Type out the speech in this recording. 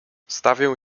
stawię